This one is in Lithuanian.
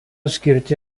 skirti